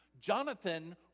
Jonathan